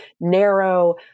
narrow